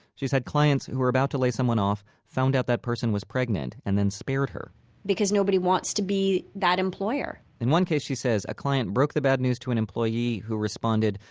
she's had clients who were about to lay someone off, found out that person was pregnant and then spared her because nobody wants to be that employer in one case, she says, a client broke the bad news to an employee who responded,